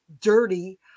dirty